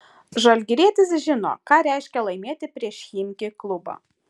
žalgirietis žino ką reiškia laimėti prieš chimki klubą